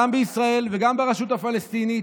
גם בישראל וגם ברשות הפלסטינית,